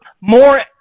more